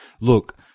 look